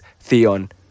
Theon